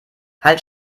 halt